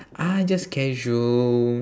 uh just casual